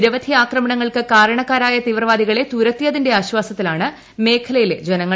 നിരവധി ആക്രമണങ്ങൾക്ക് കാരണക്കാരായ തീവ്രവാദികളെ തുരത്തിയതിന്റെ ആശ്വാസത്തിലാണ് മേഖലയിലെ ജനങ്ങൾ